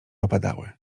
opadały